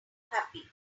happy